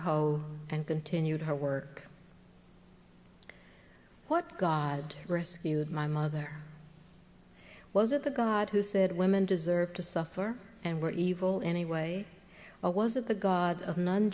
hoe and continued her work what god rescued my mother was it the god who said women deserve to suffer and were evil anyway or was it the god of n